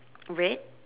red